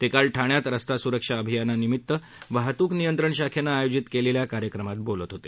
ते काल ठाण्यात रस्ता सुरक्षा अभियानानिमित्त वाहतूक नियंत्रण शाखेनं आयोजित केलेल्या कार्यक्रमात बोलत होते